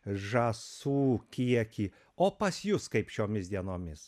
žąsų kiekį o pas jus kaip šiomis dienomis